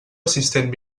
assistent